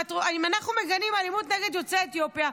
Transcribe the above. אם אנחנו מגנים אלימות נגד יוצאי אתיופיה,